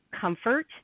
Comfort